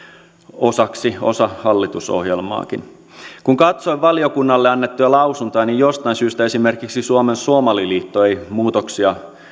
osaksi osa hallitusohjelmaakin kun katsoin valiokunnalle annettuja lausuntoja niin jostain syystä esimerkiksi suomen somaliliitto ei muutoksia